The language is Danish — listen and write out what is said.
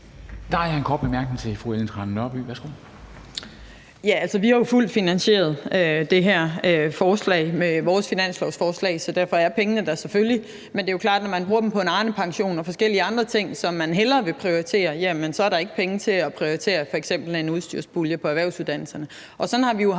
Trane Nørby. Værsgo. Kl. 13:25 Ellen Trane Nørby (V): Vi har jo fuldt finansieret det her forslag med vores finanslovsforslag, så derfor er pengene der selvfølgelig. Men det er jo klart, at når man bruger dem på en Arnepension og forskellige andre ting, som man hellere vil prioritere, så er der ikke penge til at prioritere f.eks. en udstyrspulje til erhvervsuddannelserne. Sådan har vi jo haft